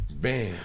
Bam